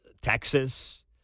Texas